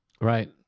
Right